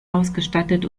ausgestattet